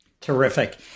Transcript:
Terrific